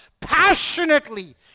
passionately